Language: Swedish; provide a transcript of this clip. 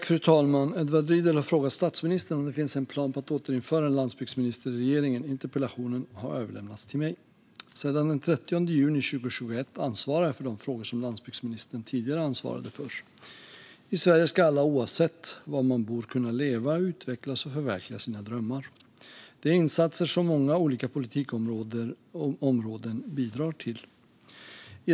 Fru talman! Edward Riedl har frågat statsministern om det finns en plan på att återinföra en landsbygdsminister i regeringen. Interpellationen har överlämnats till mig. Sedan den 30 juni 2021 ansvarar jag för de frågor som landsbygdsministern tidigare ansvarade för. I Sverige ska alla, oavsett var man bor, kunna leva, utvecklas och förverkliga sina drömmar. Insatser inom många olika politikområden bidrar till detta.